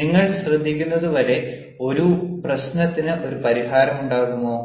നിങ്ങൾ ശ്രദ്ധിക്കുന്നത് വരെ ഒരു പ്രശ്നത്തിന് ഒരു പരിഹാരമുണ്ടാകുമോ